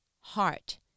heart